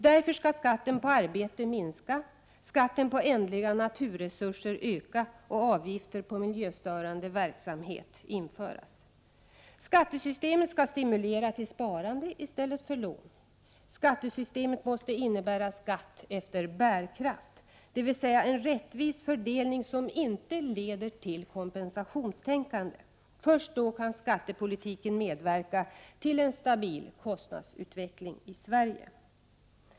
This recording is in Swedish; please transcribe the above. Därför skall skatten på arbete minska, skatten på ändliga naturresurser öka och avgifter på miljöstörande verksamhet införas. Skattesystemet skall stimulera till sparande i stället för till lån. Skattesystemet måste innebära skatt efter bärkraft, dvs. en rättvis fördelning som inte leder till kompensationstänkande. Först då kan skattepolitiken medverka till en stabil kostnadsutveckling i Sverige.